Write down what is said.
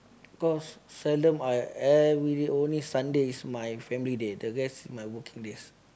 cause seldom I everyday only Sunday is my family day the rest is my working days